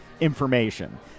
information